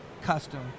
custom